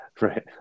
Right